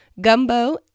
gumbo